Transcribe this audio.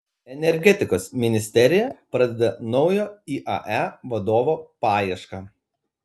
energetikos ministerija pradeda naujo iae vadovo paiešką